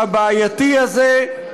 הבעייתי הזה.